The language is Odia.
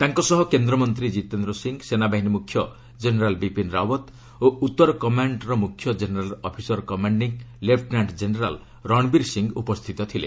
ତାଙ୍କ ସହ କେନ୍ଦ୍ରମନ୍ତ୍ରୀ ଜୀତେନ୍ଦ୍ର ସିଂହ ସେନାବାହିନୀ ମୁଖ୍ୟ ଜେନେରାଲ୍ ବିପିନ୍ ରାଓ୍ବତ୍ ଓ ଉତ୍ତର କମାଣ୍ଡ୍ ର ମୁଖ୍ୟ general officer commanding lieutenant general Ranbir Singh ଉପସ୍ଥିତ ଥିଲେ